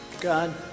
God